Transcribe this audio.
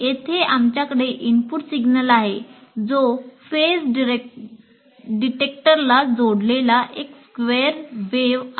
येथे आमच्याकडे input signal आहे जो फेज डिटेक्टरला जोडलेला एक स्क्वेअर वेव्ह आहे